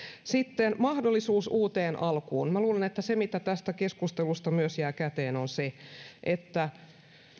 sitten mahdollisuudesta uuteen alkuun minä luulen että tästä keskustelusta jää käteen myös se että